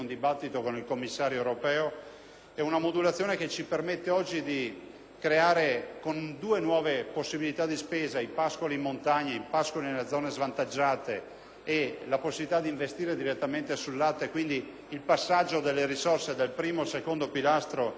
una modulazione che ci permette oggi di creare, con due nuove possibilità di spesa, pascoli montani e pascoli nelle zone svantaggiate e ci dà la possibilità di investire direttamente sul settore del latte, quindi con il passaggio delle risorse dal primo al secondo pilastro della PAC da dedicarsi ancora